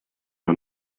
are